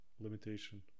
limitation